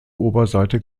oberseite